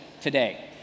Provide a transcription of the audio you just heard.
today